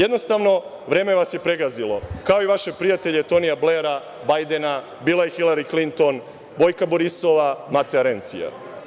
Jednostavno, vreme vas je pregazilo, kao i vaše prijatelje Tonija Blera, Bajdena, Bila i Hilari Klinton, Bojka Borisova, Mateja Rencija.